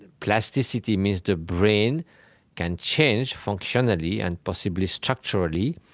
ah plasticity means the brain can change, functionally and possibly structurally,